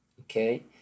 okay